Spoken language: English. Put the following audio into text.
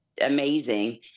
amazing